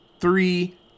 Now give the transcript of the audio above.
three